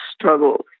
struggled